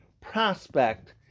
prospect